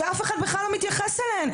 שאף אחד בכלל לא מתייחס אליהן.